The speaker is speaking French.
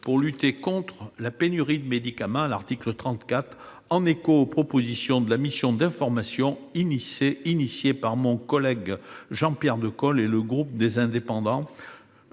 pour lutter contre la pénurie de médicaments, à l'article 34 du texte, en écho aux propositions de la mission d'information créée sur l'initiative de mon collègue Jean-Pierre Decool et le groupe Les Indépendants,